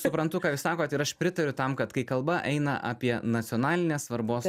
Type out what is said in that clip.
suprantu ką jūs sakot ir aš pritariu tam kad kai kalba eina apie nacionalinės svarbos